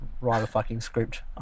write-a-fucking-script